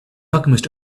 alchemist